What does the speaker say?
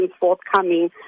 forthcoming